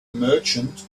merchant